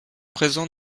présents